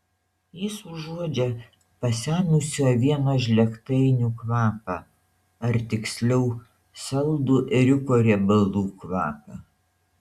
jis užuodžia pasenusių avienos žlėgtainių kvapą ar tiksliau saldų ėriuko riebalų kvapą